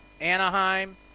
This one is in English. Anaheim